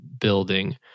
building